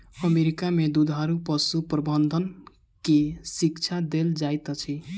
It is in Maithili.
अमेरिका में दुधारू पशु प्रबंधन के शिक्षा देल जाइत अछि